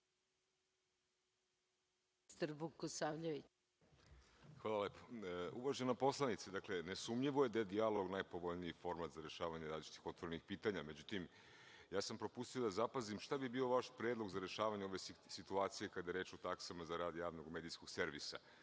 Hvala lepo. Uvažena poslanice, nesumnjivo je da je dijalog najpovoljniji format za rešavanje različitih otvorenih pitanja. Međutim, ja sam propustio da zapazim šta bi bio vaš predlog za rešavanje ove situacije kada je reč o taksama za rad javnog medijskog